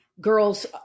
Girls